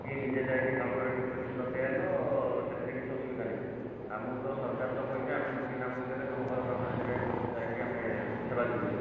କି ନିଜେ ଯାଇକି କାଉଣ୍ଟର୍ ରେ ଡିପୋଜିଟ୍ କରିଦେଇ ଆଇଲ ସେଥିରେ କିଛି ଅସୁବିଧା ନାହିଁ ଆମକୁ ତ ସରକାର ତ କହିଛି ଆମେ ବିନା ମୂଲ୍ୟରେ ତମ ଘର ପାଖରେ ଯାଇ ଯାଇକି ଆମେ ସେବା ଯୋଗେଇବୁ